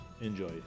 enjoy